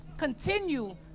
continue